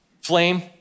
flame